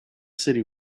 city